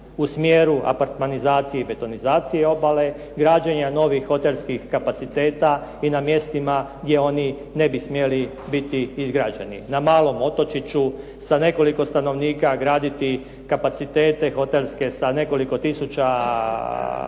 u smjeru apartmanizacije i betonizacije obale, građenja novih hotelskih kapaciteta i na mjestima gdje oni ne bi smjeli biti izgrađeni na malom otočiću sa nekoliko stanovnika. Graditi kapacitete hotelske sa nekoliko tisuća